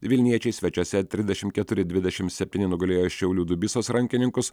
vilniečiai svečiuose trisdešimt keturi dvidešimt septyni nugalėjo šiaulių dubysos rankininkus